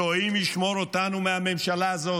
אלוהים ישמור אותנו מהממשלה הזאת,